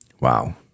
Wow